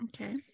Okay